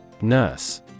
Nurse